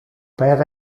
per